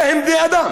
הרי הם בני אדם.